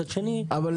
אם